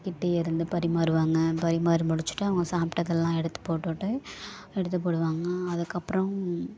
கிட்டேயே இருந்து பரிமாறுவாங்க பரிமாறி முடிச்சிவிட்டு அவங்க சாப்பிட்டதெல்லாம் எடுத்து போட்டுவிட்டு எடுத்துப் போடுவாங்க அதற்கப்புறம்